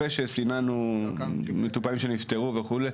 אחרי שסיננו מטופלים שנפטרו וכולי,